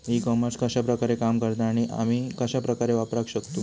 E commerce कश्या प्रकारे काम करता आणि आमी कश्या प्रकारे वापराक शकतू?